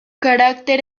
carácter